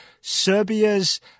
Serbia's